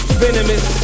venomous